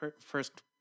first